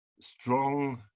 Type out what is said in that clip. strong